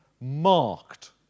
marked